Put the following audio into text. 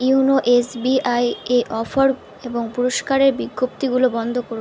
YONO SBI এ offer এবং পুরস্কারের বিজ্ঞপ্তিগুলো বন্ধ করুন